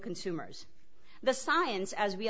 consumers the science as we